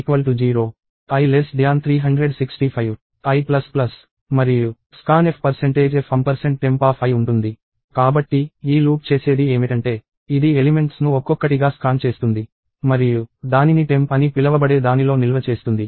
for loop లో i0 i365i మరియు scanf"f"tempi ఉంటుంది కాబట్టి ఈ లూప్ చేసేది ఏమిటంటే ఇది ఎలిమెంట్స్ ను ఒక్కొక్కటిగా స్కాన్ చేస్తుంది మరియు దానిని temp అని పిలవబడే దానిలో నిల్వ చేస్తుంది